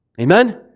Amen